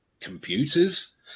computers